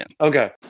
Okay